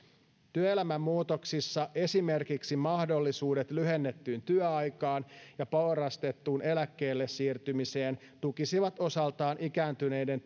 työelämän muutoksissa esimerkiksi mahdollisuudet lyhennettyyn työaikaan ja porrastettuun eläkkeelle siirtymiseen tukisivat osaltaan ikääntyneiden